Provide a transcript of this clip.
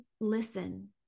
listen